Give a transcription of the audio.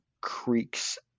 creaks